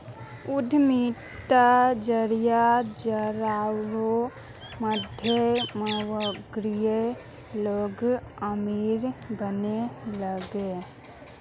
उद्यमिता जरिए हजारों मध्यमवर्गीय लोग अमीर बने गेले